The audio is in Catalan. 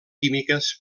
químiques